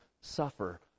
suffer